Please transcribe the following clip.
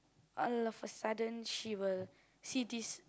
all of sudden she will she see this